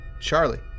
Charlie